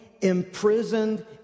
imprisoned